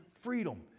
freedom